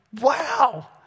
wow